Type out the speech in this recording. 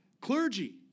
clergy